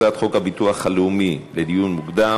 הצעת חוק הביטוח הלאומי (תיקון,